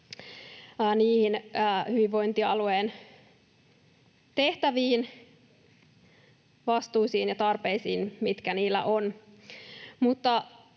hyvinvointialueen tehtäviin, vastuisiin ja tarpeisiin, mitkä niillä on.